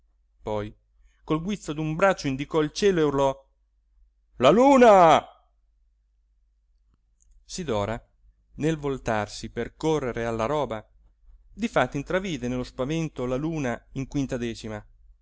poi col guizzo d'un braccio indicò il cielo e urlò la luna sidora nel voltarsi per correre alla roba difatti intravide nello spavento la luna in